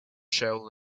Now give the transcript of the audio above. shaolin